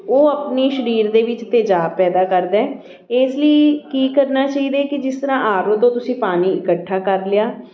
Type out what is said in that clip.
ਉਹ ਆਪਣੇ ਸਰੀਰ ਦੇ ਵਿੱਚ ਤੇਜ਼ਾਬ ਪੈਦਾ ਕਰਦਾ ਇਸ ਲਈ ਕੀ ਕਰਨਾ ਚਾਹੀਦਾ ਕਿ ਜਿਸ ਤਰ੍ਹਾਂ ਆਰ ਓ ਤੋਂ ਤੁਸੀਂ ਪਾਣੀ ਇਕੱਠਾ ਕਰ ਲਿਆ